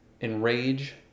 enrage